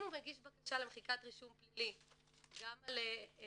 אם הוא מגיש בקשה למחיקת רישום פלילי גם על הרשעה